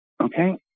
Okay